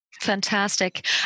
Fantastic